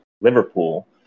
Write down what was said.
Liverpool